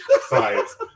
science